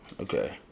okay